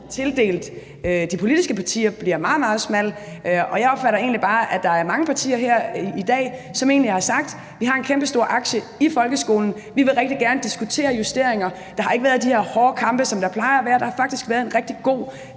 tildelt de politiske partier, bliver meget, meget smal. Og jeg opfatter det egentlig bare sådan, at der er mange partier her i dag, som har sagt, at vi har en kæmpestor aktie i folkeskolen, og vi vil rigtig gerne diskutere justeringer. Der har ikke været de hårde kampe, som der plejer at være. Der har faktisk været en rigtig god